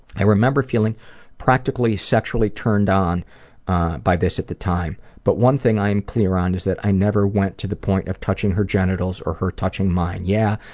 i remember feeling practically sexually turned on by this at the time. but one thing i am clear on is that i never went to the point of touching her genitals or her touching mine. yeah,